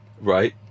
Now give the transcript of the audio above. right